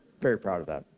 very proud of that.